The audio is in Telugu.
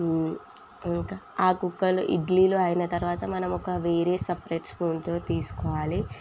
ఇంకా ఆ కుక్కరు ఇడ్లీలు అయిన తర్వాత మనం ఒక వేరే సెపరేట్ స్పూన్తో తీసుకోవాలి